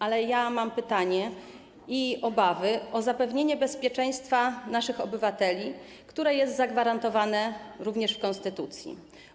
Ale ja mam pytanie i obawy związane z zapewnieniem bezpieczeństwa naszych obywateli, które jest zagwarantowane również w konstytucji.